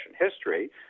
history